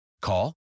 Call